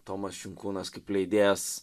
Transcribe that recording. tomas šinkūnas kaip leidėjas